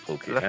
Okay